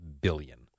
billion